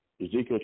Ezekiel